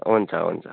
हुन्छ हुन्छ